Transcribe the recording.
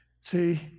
See